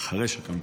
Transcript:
אחרי שקמתי,